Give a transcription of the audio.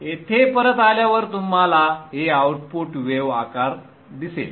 येथे परत आल्यावर तुम्हाला हे आउटपुट वेव आकार दिसेल